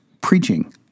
preaching